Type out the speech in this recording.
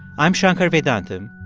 i'm shankar vedantam,